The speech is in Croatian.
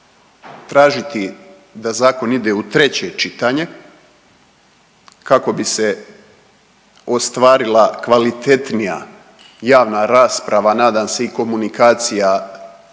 tražiti da zakon ide u treće čitanje kako bi se ostvarila kvalitetnija javna rasprava, a nadam se i komunikacija